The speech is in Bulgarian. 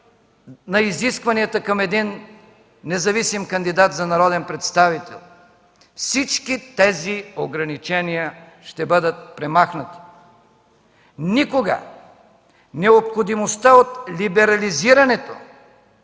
на изискванията към един кандидат за независим народен представител. Всички тези ограничения ще бъдат премахнати! Никога необходимостта от либерализирането